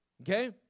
Okay